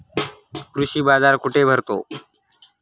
कृषी बाजार कुठे भरतो?